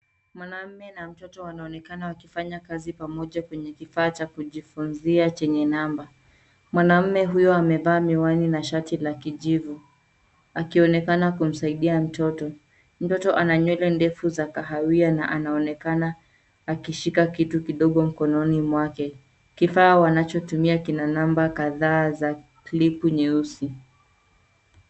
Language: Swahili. Mwanaume na mtoto wanaonekana wakifanya kazi pamoja kwenye kifaa cha kujifunzia chenye namba. Mwanamume huyo amevaa miwani na shati la kijivu. Akionekana kumsaidia mtoto. Mtoto ana nywele ndefu za kahawia na anaonekana, akishika kitu kidogo mkononi mwake. Kifaa wanachotumia kina namba kadhaa za klipu nyeusi.